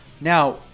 Now